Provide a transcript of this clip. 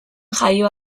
jaio